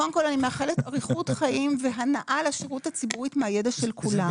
קודם כל אני מאחלת אריכות חיים והנאה לשירות הציבורי מהידע של כולם,